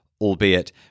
albeit